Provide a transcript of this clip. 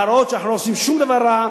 להראות שאנחנו לא עושים שום דבר רע,